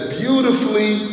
beautifully